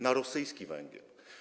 Na rosyjski węgiel.